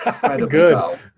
Good